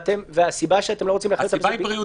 הסיבה היא בריאותית,